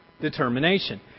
Determination